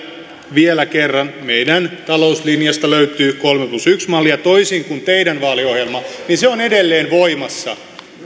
vielä kerran että meidän talouslinjastamme löytyy kolme plus yksi malli ja toisin kuin teidän vaaliohjelmanne se on edelleen voimassa